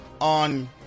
On